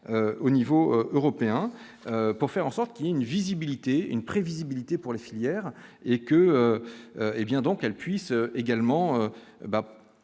au niveau européen pour faire en sorte qu'il y ait une visibilité une prévisibilité pour les filières et que hé bien donc